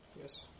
Yes